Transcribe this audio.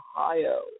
Ohio